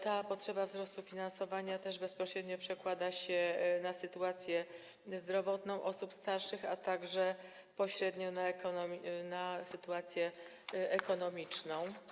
Ta potrzeba wzrostu finansowania bezpośrednio przekłada się na sytuację zdrowotną osób starszych, a także pośrednio na sytuację ekonomiczną.